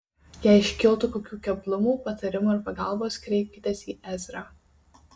jei iškiltų kokių keblumų patarimo ir pagalbos kreipkitės į ezrą